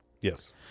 Yes